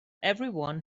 everyone